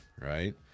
Right